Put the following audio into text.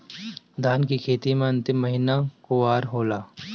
धान के खेती मे अन्तिम महीना कुवार होला?